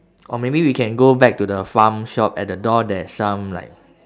oh maybe we can go back to the farm shop at the door there's some like